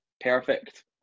Perfect